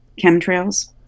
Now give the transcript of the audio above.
chemtrails